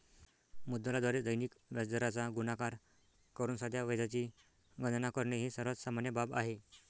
मुद्दलाद्वारे दैनिक व्याजदराचा गुणाकार करून साध्या व्याजाची गणना करणे ही सर्वात सामान्य बाब आहे